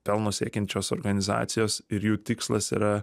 pelno siekiančios organizacijos ir jų tikslas yra